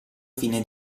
fine